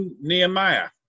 Nehemiah